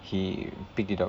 he picked it up